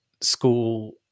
school